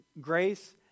Grace